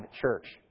Church